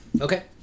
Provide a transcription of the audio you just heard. Okay